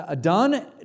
done